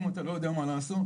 אלא אנחנו פשוט